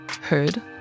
heard